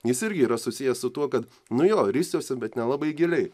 jis irgi yra susijęs su tuo kad nu jo risiuosi bet nelabai giliai